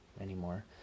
anymore